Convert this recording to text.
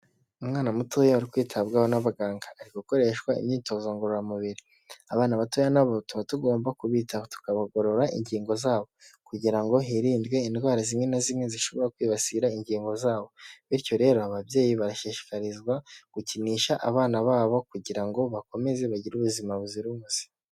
Umwana mutoya ari kwitabwaho n'abaganga, ari gukoreshwa imyitozo ngororamubiri. Abana batoya na bo tuba tugomba kubitaho tukabagorora ingingo zabo kugira ngo hirindwe indwara zimwe na zimwe zishobora kwibasira ingingo zabo. Bityo rero ababyeyi barashishikarizwa gukinisha abana babo kugira ngo bakomeze bagire ubuzima buzira umuze.